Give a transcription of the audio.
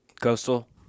Coastal